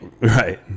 Right